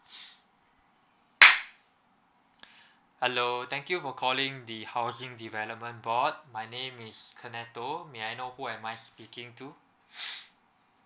hello thank you for calling the housing development board my name is kenato may I know who am I speaking to